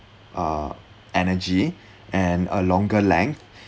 uh energy and a longer length